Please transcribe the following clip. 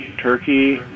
turkey